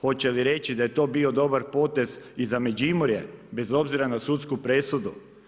Hoće li reći, da je to bio dobar potez i za Međimurje, bez obzira na sudsku presudu.